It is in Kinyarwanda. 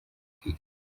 bwiza